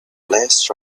less